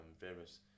various